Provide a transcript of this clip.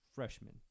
freshman